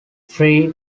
fry